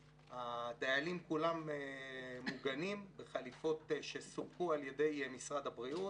הדיילים כולם מוגנים בחליפות שסופקו על ידי משרד הבריאות.